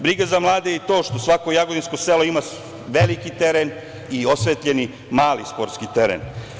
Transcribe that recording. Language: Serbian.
Briga za mlade je i to što svako jagodinsko selo ima veliki teren i osvetljeni mali sportski teren.